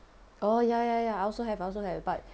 oh ya ya ya I also have I also have but